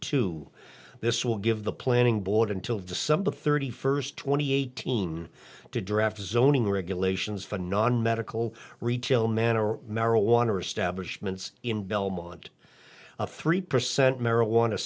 two this will give the planning board until december thirty first twenty eighteen to draft zoning regulations for non medical retail manor marijuana establishments in belmont a three percent marijuana